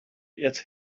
its